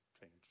change